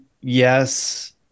yes